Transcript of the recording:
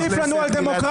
אתה תטיף לנו על דמוקרטיה?